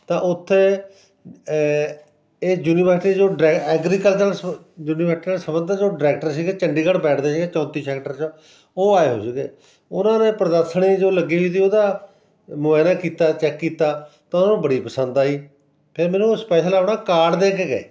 ਤਾਂ ਉੱਥੇ ਏ ਇਹ ਯੂਨੀਵਰਸਿਟੀ ਜੋ ਐਗਰੀਕਲਚਰ ਸ ਯੂਨੀਵਰਸਿਟੀ ਦਾ ਸੰਬੰਧਿਤ ਡਾਇਰੈਕਟਰ ਸੀਗੇ ਚੰਡੀਗੜ੍ਹ ਬੈਠਦੇ ਸੀਗੇ ਚੌਂਤੀ ਸੈਕਟਰ 'ਚ ਉਹ ਆਏ ਹੋਏ ਸੀਗੇ ਉਹਨਾਂ ਨੇ ਪ੍ਰਦਰਸ਼ਨੀ ਜੋ ਲੱਗੀ ਹੋਈ ਤੀ ਉਹਦਾ ਮੁਆਇਨਾ ਕੀਤਾ ਚੈੱਕ ਕੀਤਾ ਤਾਂ ਉਹਨਾਂ ਨੂੰ ਬੜੀ ਪਸੰਦ ਆਈ ਫਿਰ ਮੈਨੂੰ ਉਹ ਸਪੈਸ਼ਲ ਆਪਣਾ ਕਾਰਡ ਦੇ ਕੇ ਗਏ